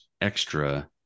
extra